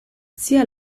sia